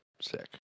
sick